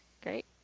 Great